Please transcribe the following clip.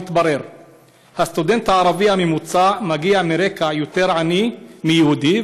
מתברר שהסטודנט הערבי הממוצע מגיע מרקע עני יותר מיהודי,